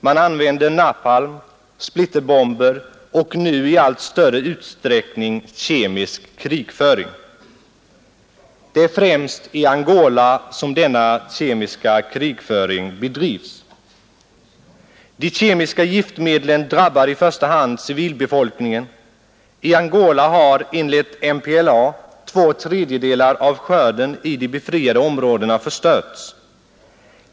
Man använder napalm, splitterbomber och nu i allt större utsträckning kemisk krigföring. Det är främst i Angola som denna kemiska krigföring bedrivs. De kemiska giftmedlen drabbar i första hand civilbefolkningen. I Angola har enligt MPLA två tredjedelar av skörden i de befriade områdena förstörts.